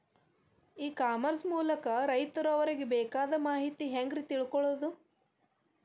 E commerce ಮೂಲಕ ರೈತರು ಅವರಿಗೆ ಬೇಕಾದ ಮಾಹಿತಿ ಹ್ಯಾಂಗ ರೇ ತಿಳ್ಕೊಳೋದು?